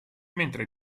mentre